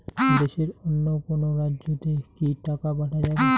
দেশের অন্য কোনো রাজ্য তে কি টাকা পাঠা যাবে?